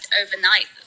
overnight